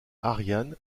ariane